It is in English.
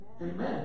Amen